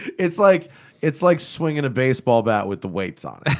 it's like it's like swinging a baseball bat with the weights on. and